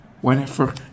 Whenever